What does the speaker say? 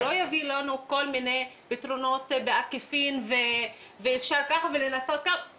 שלא יביאו לנו כל מיני פתרונות בעקיפין ואפשר ככה ולנסות ככה,